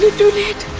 too late.